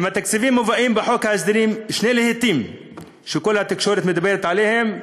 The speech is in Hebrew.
עם התקציבים מובאים בחוק ההסדרים שני להיטים שכל התקשורת מדברת עליהם,